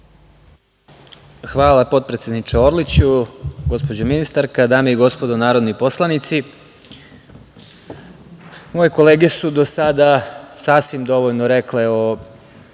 Hvala potpredsedniče Orliću. Gospođo ministarka, dame i gospodo narodni poslanici, moje kolege su do sada sasvim dovoljno rekle o